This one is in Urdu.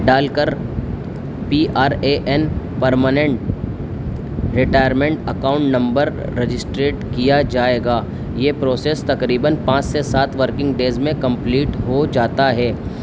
ڈال کر P R A N permanent retirement account number registered کیا جائے گا یہ پروسیس تقریباً پانچ سے سات ورکنگ ڈیز میں کمپلیٹ ہو جاتا ہے